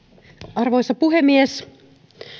arvoisa puhemies